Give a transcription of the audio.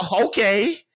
okay